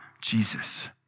Jesus